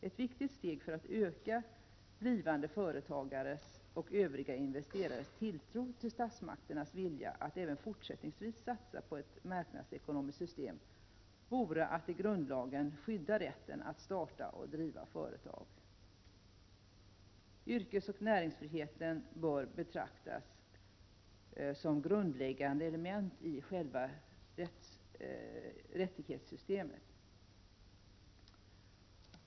Ett viktigt steg för att öka blivande företagares och övriga investerares tilltro till statsmakternas vilja att även fortsättningsvis satsa på ett marknadsekonomiskt system vore att i grundlagen skydda rätten att starta och driva företag. Yrkesoch näringsfriheten bör betraktas som grundläggande element i själva rättighetssystemet.